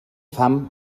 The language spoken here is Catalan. fam